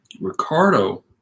Ricardo